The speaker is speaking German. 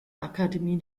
akademie